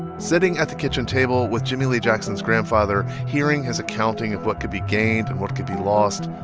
sitting at the kitchen table with jimmie lee jackson's grandfather, hearing his accounting of what could be gained and what could be lost,